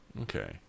Okay